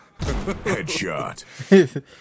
Headshot